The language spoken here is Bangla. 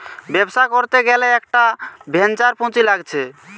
ব্যবসা করতে গ্যালে একটা ভেঞ্চার পুঁজি লাগছে